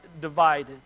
divided